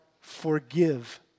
forgive